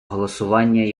голосування